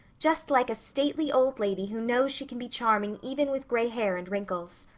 just like a stately old lady who knows she can be charming even with gray hair and wrinkles.